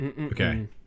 Okay